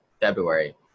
February